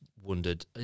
wondered